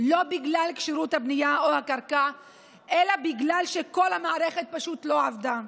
לא בגלל כשירות בנייה או הקרקע אלא בגלל שכל המערכת פשוט לא עבדה.